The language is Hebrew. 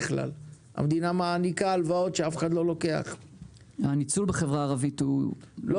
אנחנו מבינים שעניין הדמים בא לידי ביטוי לפעמים בחברה הערבית.